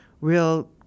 real